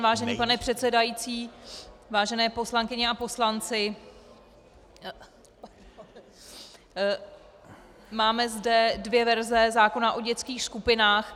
Vážený pane předsedající, vážené paní poslankyně a poslanci, máme zde dvě verze zákona o dětských skupinách.